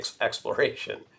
exploration